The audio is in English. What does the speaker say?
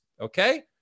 Okay